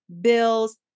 bills